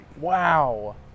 Wow